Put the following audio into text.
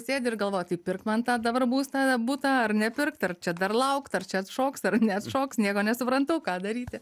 sėdi ir galvoji tai pirkt man tą dabar būstą butą ar nepirkt ar čia dar laukt ar čia atšoks ar neatšoks nieko nesuprantu ką daryti